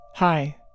Hi